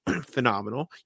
Phenomenal